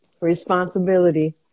responsibility